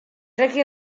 reca